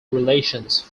relations